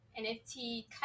NFT